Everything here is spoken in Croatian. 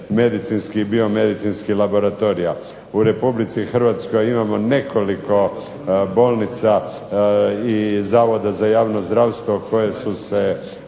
medicinskih i biomedicinskih laboratorija. U Republici Hrvatskoj imamo nekoliko bolnica i zavoda za javno zdravstvo koje su se